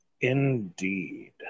Indeed